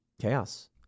chaos